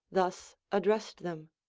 thus addressed them